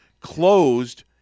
closed